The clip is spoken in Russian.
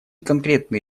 конкретные